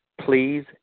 please